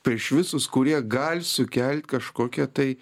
prieš visus kurie gali sukelt kažkokią tai